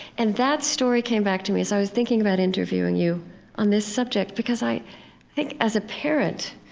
and that story came back to me as i was thinking about interviewing you on this subject because i think, as a parent,